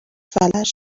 فلج